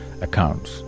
accounts